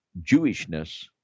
Jewishness